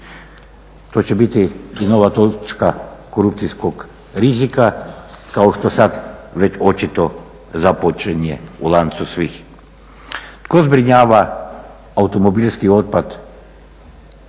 to će biti i nova točka korupcijskog rizika kao što sad već očito započinje u lancu svih. Ko zbrinjava automobilski otpad